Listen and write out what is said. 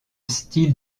style